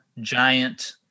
giant